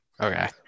Okay